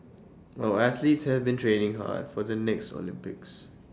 our athletes having been training hard for the next Olympics